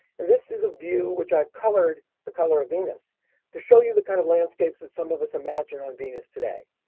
and this is a view which i've colored the color of venus to show you the kind of landscapes that some of us imagine on venus today.